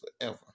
forever